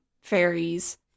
fairies